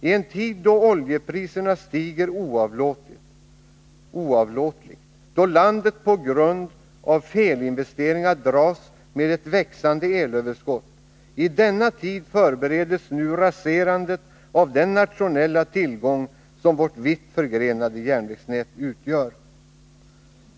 I en tid då oljepriserna stiger oavlåtligt, då landet på grund av felinvesteringar dras med ett växande elöverskott — i denna tid förberedes nu raserandet av den nationella tillgång som vårt vitt förgrenade järnvägsnät utgör.